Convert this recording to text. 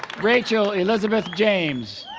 rachael elizabeth james